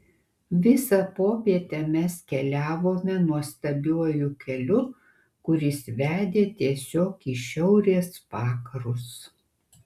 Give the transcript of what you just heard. visą popietę mes keliavome nuostabiuoju keliu kuris vedė tiesiog į šiaurės vakarus